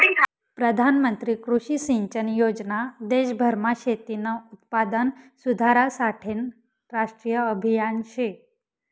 प्रधानमंत्री कृषी सिंचन योजना देशभरमा शेतीनं उत्पादन सुधारासाठेनं राष्ट्रीय आभियान शे